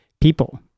people